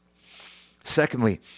Secondly